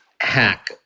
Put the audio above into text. hack